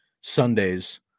Sunday's